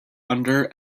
under